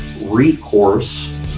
recourse